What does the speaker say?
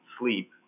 sleep